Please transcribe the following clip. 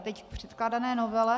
Teď k předkládané novele.